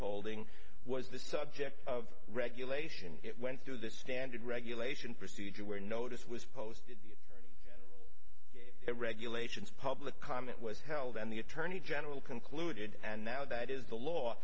holding was the subject of regulation it went through the standard regulation procedure where notice was posted regulations public comment was held and the attorney general concluded and now that is the law